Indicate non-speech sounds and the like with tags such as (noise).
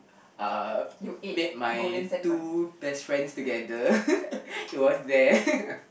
uh met my two best friends together (laughs) it was there (laughs)